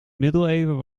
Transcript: middeleeuwen